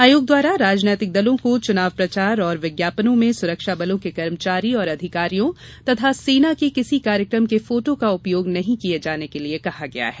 आयोग द्वारा राजनैतिक दलों को चुनाव प्रचार एवं विज्ञापनों में सुरक्षा बलों के कर्मचारी और अधिकारियों एवं सेना के किसी कार्यक्रम के फोटो का उपयोग नहीं किये जाने के लिये कहा गया है